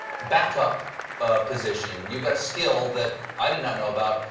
backup ah position. you've got a skill that i did not know about,